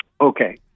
okay